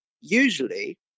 usually